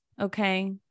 Okay